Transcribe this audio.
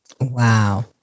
Wow